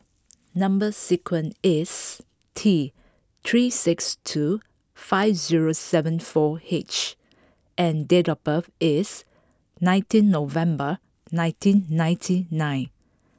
number sequence is T three six two five zero seven four H and date of birth is nineteen November nineteen ninety nine